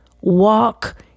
walk